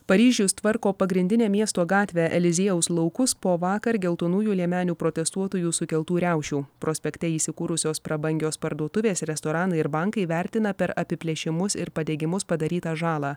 paryžius tvarko pagrindinę miesto gatvę eliziejaus laukus po vakar geltonųjų liemenių protestuotojų sukeltų riaušių prospekte įsikūrusios prabangios parduotuvės restoranai ir bankai vertina per apiplėšimus ir padegimus padarytą žalą